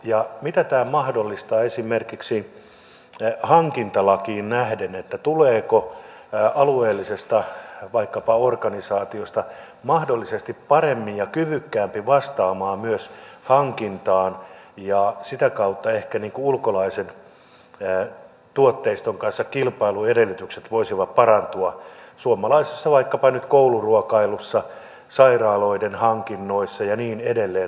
ja mitä tämä mahdollistaa esimerkiksi hankintalakiin nähden tuleeko vaikkapa alueellisesta organisaatiosta mahdollisesti parempi ja kyvykkäämpi vastaamaan myös hankintaan ja sitä kautta ehkä ulkolaisen tuotteiston kanssa kilpailuedellytykset voisivat parantua vaikkapa nyt suomalaisessa kouluruokailussa sairaaloiden hankinnoissa ja niin edelleen